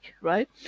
right